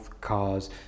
cars